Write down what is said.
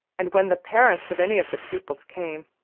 and when the parents of any of the pupils came,